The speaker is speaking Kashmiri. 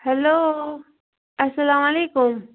ہیٚلو السَلام علیکُم